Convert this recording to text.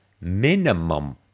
Minimum